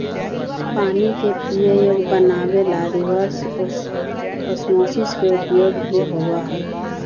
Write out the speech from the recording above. पानी के पीये योग्य बनावे ला रिवर्स ओस्मोसिस के उपयोग भी होबा हई